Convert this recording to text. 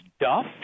duff